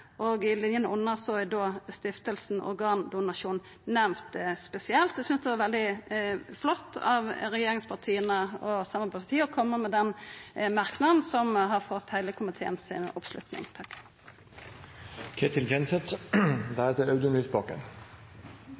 og i linja under er Stiftelsen Organdonasjon nemnd spesielt. Eg synest det er veldig flott av regjeringspartia og samarbeidspartia å koma med den merknaden, som har fått oppslutning frå heile komiteen.